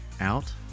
out